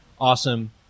Awesome